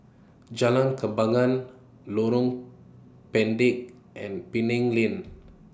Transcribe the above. Jalan Kembangan Lorong Pendek and Penang Lane